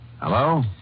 Hello